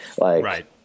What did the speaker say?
Right